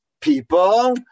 people